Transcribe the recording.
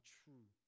true